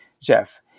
Jeff